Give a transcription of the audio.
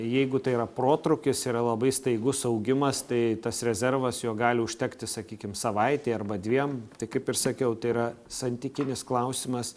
jeigu tai yra protrūkis yra labai staigus augimas tai tas rezervas jo gali užtekti sakykim savaitei arba dviem tai kaip ir sakiau tai yra santykinis klausimas